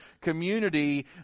community